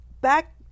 back